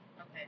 Okay